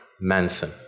Manson